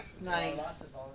Nice